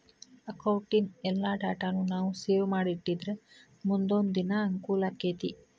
ಅಕೌಟಿನ್ ಎಲ್ಲಾ ಡಾಟಾನೂ ನಾವು ಸೇವ್ ಮಾಡಿಟ್ಟಿದ್ರ ಮುನ್ದೊಂದಿನಾ ಅಂಕೂಲಾಕ್ಕೆತಿ